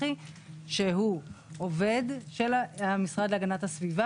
האזרחי שהוא עובד במשרד להגנת הסביבה